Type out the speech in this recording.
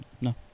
No